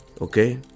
Okay